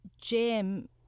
Jim